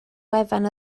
wefan